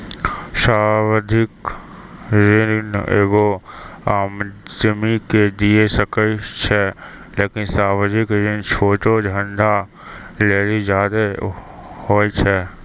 सावधिक ऋण एगो आदमी के दिये सकै छै लेकिन सावधिक ऋण छोटो धंधा लेली ज्यादे होय छै